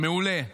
מעולה.